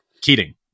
Keating